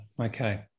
Okay